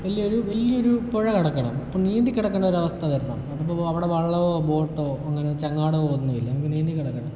വലിയൊരു വലിയൊരു പുഴ കടക്കണം അപ്പം നീന്തി കടക്കണ്ട ഒരവസ്ഥ വരണം അപ്പം അവിടെ വള്ളമോ ബോട്ടോ അങ്ങനെ ചങ്ങാടമോ ഒന്നും ഇല്ല നീന്തിക്കടക്കണം